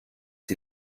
sie